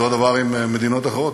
אותו הדבר עם מדינות אחרות,